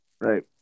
Right